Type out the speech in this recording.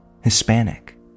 Hispanic